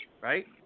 right